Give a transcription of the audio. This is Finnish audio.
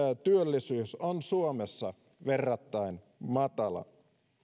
työllisyys on suomessa verrattain matala